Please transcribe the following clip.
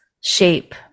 shape